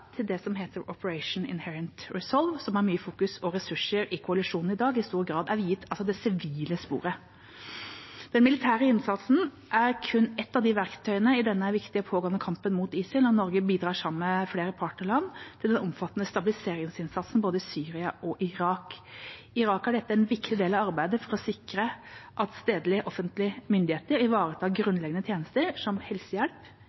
til det som heter Operation Inherent Resolve, som tar mye fokus og ressurser i koalisjonen i dag, og som i stor grad er viet det sivile sporet. Den militære innsatsen er kun ett av verktøyene i denne viktige, pågående kampen mot ISIL, og Norge bidrar sammen med flere partnerland til den omfattende stabiliseringsinnsatsen både i Syria og i Irak. I Irak er dette en viktig del av arbeidet for å sikre at stedlige offentlige myndigheter ivaretar grunnleggende tjenester, som helsehjelp,